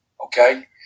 okay